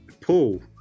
Paul